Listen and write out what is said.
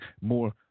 more